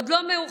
עוד לא מאוחר,